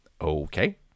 Okay